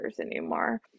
anymore